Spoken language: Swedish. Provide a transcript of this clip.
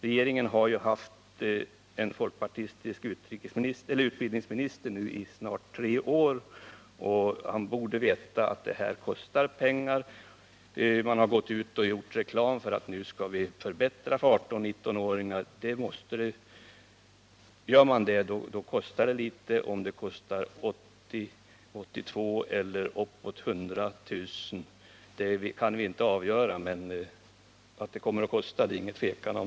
Regeringen har ju haft en folkpartistisk utbildningsminister i snart tre år, och han borde veta att detta kostar pengar. Man har gjort reklam och sagt att nu skall vi förbättra för 18-19-åringar. Gör man det, så kostar det. Om det kostar 82 milj.kr. eller uppemot 100 milj.kr. kan vi inte avgöra, men att det kommer att kosta är det inget tvivel om.